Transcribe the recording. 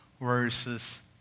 verses